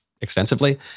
extensively